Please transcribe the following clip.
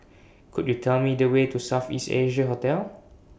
Could YOU Tell Me The Way to South East Asia Hotel